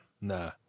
Nah